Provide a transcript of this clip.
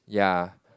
ya